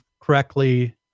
correctly